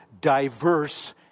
diverse